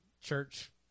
church